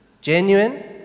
Genuine